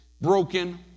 broken